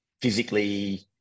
physically